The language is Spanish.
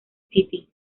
city